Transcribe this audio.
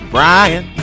Brian